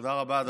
רבה.